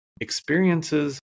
experiences